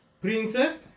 princess